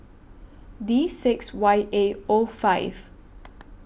D six Y A O five